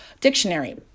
dictionary